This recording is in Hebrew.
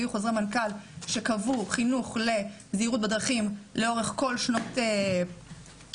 היו חוזרי מנכ"ל שקבעו חינוך לזהירות בדרכים לאורך כל שנות הלימודים,